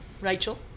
Rachel